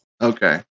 Okay